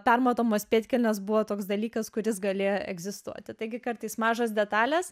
permatomos pėdkelnės buvo toks dalykas kuris galėjo egzistuoti taigi kartais mažos detalės